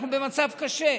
אנחנו במצב קשה.